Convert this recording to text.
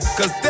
Cause